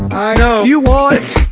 know you want it,